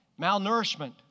Malnourishment